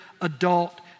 adult